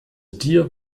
dir